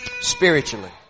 spiritually